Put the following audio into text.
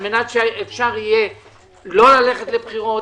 כדי שאפשר יהיה לא ללכת לבחירות.